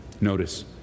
Notice